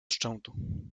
szczętu